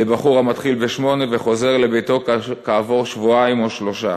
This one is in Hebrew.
לבחור המתחיל ב-08:00 וחוזר לביתו כעבור שבועיים או שלושה,